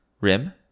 rim